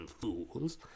fools